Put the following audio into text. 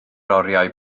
oriau